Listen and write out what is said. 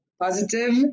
positive